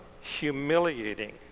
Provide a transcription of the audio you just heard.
humiliating